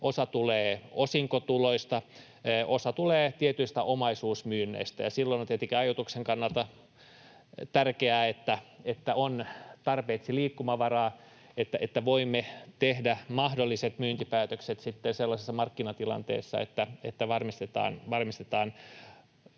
osa tulee osinkotuloista ja osa tulee tietyistä omaisuusmyynneistä, ja silloin on tietenkin ajoituksen kannalta tärkeää, että on tarpeeksi liikkumavaraa, että voimme tehdä mahdolliset myyntipäätökset sitten sellaisessa markkinatilanteessa, että varmistetaan